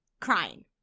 crying